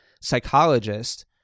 psychologist